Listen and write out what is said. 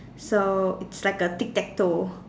so it's like a tic tac toe